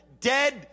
dead